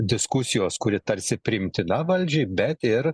diskusijos kuri tarsi priimtina valdžiai bet ir